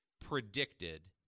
predicted